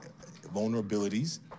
vulnerabilities